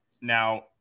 Now